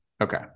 Okay